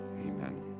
Amen